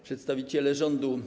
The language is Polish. Przedstawiciele Rządu!